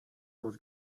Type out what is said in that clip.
was